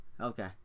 okay